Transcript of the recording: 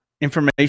information